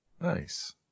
Nice